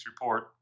report